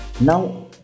now